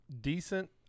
decent